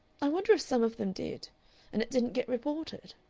i wonder if some of them did and it didn't get reported.